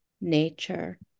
nature